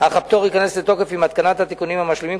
אך הפטור ייכנס לתוקף עם התקנת התיקונים המשלימים,